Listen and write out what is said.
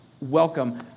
welcome